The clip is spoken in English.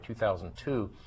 2002